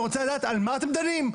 אני רוצה לדעת על מה אתם דנים,